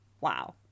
Wow